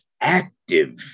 active